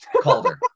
Calder